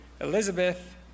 Elizabeth